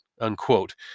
unquote